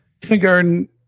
Kindergarten